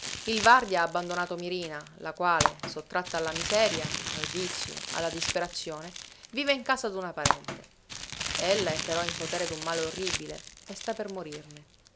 il vardi ha abbandonato mirina la quale sottratta alla miseria al vizio alla disperazione vive in casa d'una parente ella è però in potere d'un male orribile e sta per morirne